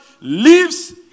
leaves